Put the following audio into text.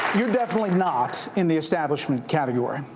definitely not in the establishment category.